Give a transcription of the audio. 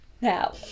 Now